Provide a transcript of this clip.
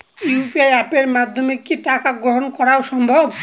UPI অ্যাপের মাধ্যমে কি টাকা গ্রহণ করাও সম্ভব?